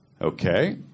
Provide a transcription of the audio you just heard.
Okay